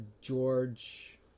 George